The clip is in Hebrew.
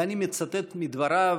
ואני מצטט מדבריו,